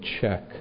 check